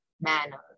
manner